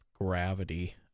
gravity